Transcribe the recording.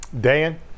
Dan